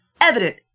evident